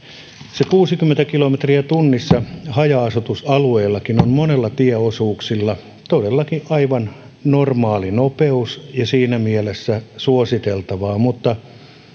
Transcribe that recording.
se kuusikymmentä kilometriä tunnissa haja asutusalueillakin on monilla tieosuuksilla todellakin aivan normaali nopeus ja siinä mielessä suositeltava mutta